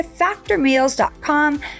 factormeals.com